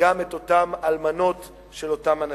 וגם את האלמנות של אותם אנשים.